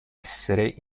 essere